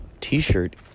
T-shirt